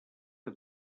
que